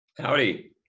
Howdy